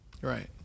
Right